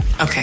Okay